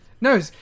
no